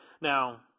Now